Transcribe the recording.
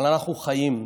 אבל אנחנו חיים,